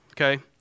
okay